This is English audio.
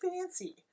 fancy